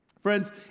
Friends